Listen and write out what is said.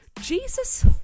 Jesus